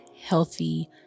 healthy